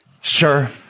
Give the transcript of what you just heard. Sure